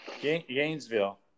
Gainesville